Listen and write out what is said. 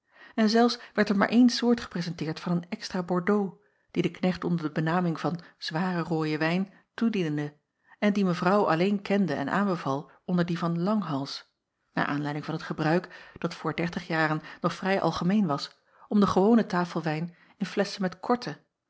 en zelfs werd er maar eene soort geprezenteerd van een extra ordeaux dien de knecht onder de benaming van zwaren rooien wijn toediende en dien evrouw alleen kende en aanbeval onder dien van langhals naar aanleiding van het gebruik dat voor jaren nog vrij algemeen was acob van ennep laasje evenster delen om den gewonen tafelwijn in flesschen met